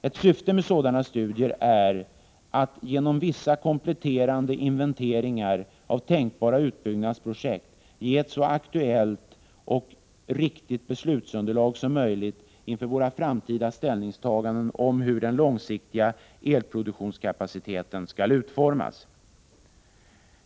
Ett syfte med sådana studier är att genom vissa kompletterande inventeringar av tänkbara utbyggnadsprojekt ge ett så aktuellt och riktigt beslutsunderlag som möjligt inför våra framtida ställningstaganden om hur den långsiktiga elproduktionskapaciteten skall utformas.